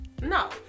no